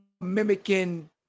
mimicking